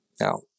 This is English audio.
Now